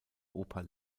oper